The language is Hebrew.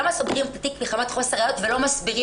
למה סוגרים את התיק מחמת חוסר ראיות ולא מסבירים